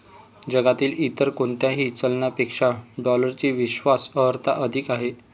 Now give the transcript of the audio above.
जगातील इतर कोणत्याही चलनापेक्षा डॉलरची विश्वास अर्हता अधिक आहे